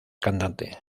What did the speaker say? cantante